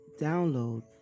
download